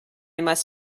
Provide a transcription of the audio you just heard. must